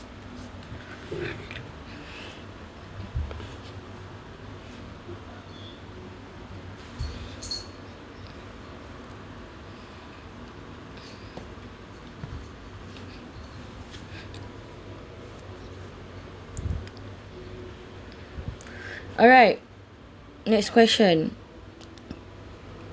alright next question